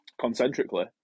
concentrically